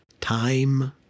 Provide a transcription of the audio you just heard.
time